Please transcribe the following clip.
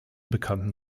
bekannten